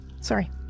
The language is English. Sorry